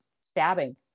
stabbing